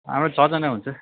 हाम्रो छजना हुन्छ